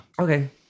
Okay